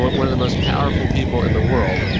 one of the most powerful people in the world,